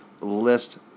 list